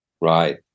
Right